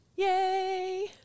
Yay